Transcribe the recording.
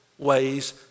ways